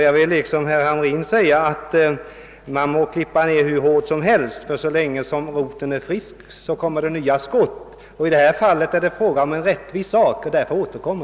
Då vill jag säga som herr Hamrin i Kalmar, att man må klippa ned en växt hur hårt som helst; så länge roten är frisk kommer det ständigt nya skott. Och i detta fall gäller det en rättvis sak. Det är därför den återkommer.